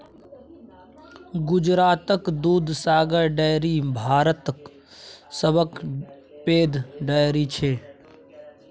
गुजरातक दुधसागर डेयरी भारतक सबसँ पैघ डेयरी छै